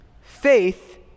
faith